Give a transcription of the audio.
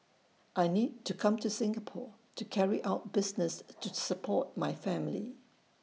I need to come to Singapore to carry out business to support my family